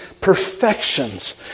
perfections